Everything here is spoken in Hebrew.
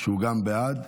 שהוא גם בעד.